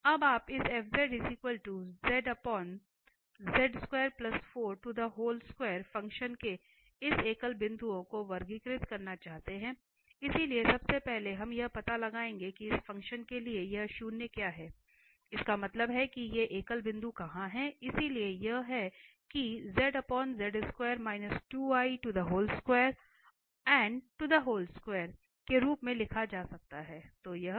अब आप इस फ़ंक्शन के इस एकल बिंदुओं को वर्गीकृत करना चाहते हैं इसलिए सबसे पहले हम यह पता लगाएंगे कि इस फ़ंक्शन के लिए यहां शून्य क्या हैं इसका मतलब है कि ये एकल बिंदु कहां हैं इसलिए यह है कि के रूप में लिखा जा सकता है